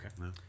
Okay